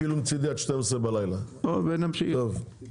אפילו מצידי עד 24:00. איתי,